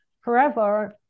forever